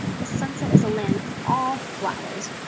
the sunset is a land all flowers.